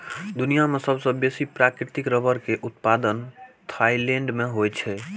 दुनिया मे सबसं बेसी प्राकृतिक रबड़ के उत्पादन थाईलैंड मे होइ छै